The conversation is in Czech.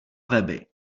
weby